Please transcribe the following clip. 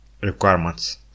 requirements